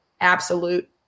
absolute